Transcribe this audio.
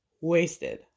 wasted